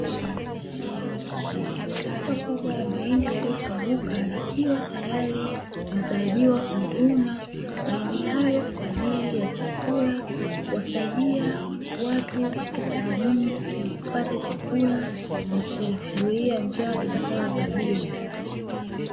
Shamba kubwa la mahindi yaliyokauka, likiwa tayari linatarajiwa kuvuna mhaindi hayo kwa ajili ya chakula, kuwasaidia watu katika jamii kupata chakula na kuzuia njaa itakayowakabili.